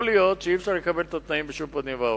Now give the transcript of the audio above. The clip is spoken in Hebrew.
יכול להיות שאי-אפשר לקבל את התנאים בשום פנים ואופן,